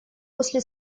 после